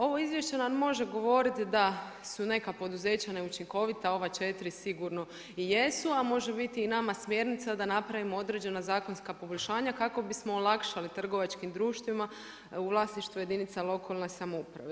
Ovo izvješće nam može govoriti da su neka poduzeća neučinkovita, ova četiri sigurno i jesu, a može biti i nama smjernica da napravimo određena zakonska poboljšanja kako bismo olakšali trgovačkim društvima u vlasništvu jedinica lokalne samouprave.